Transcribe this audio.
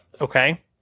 Okay